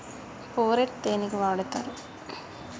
Phorate దేనికి వాడుతరు?